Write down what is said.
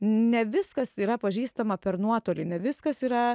ne viskas yra pažįstama per nuotolį ne viskas yra